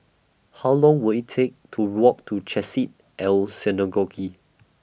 How Long Will IT Take to Walk to Chesed El Synagogue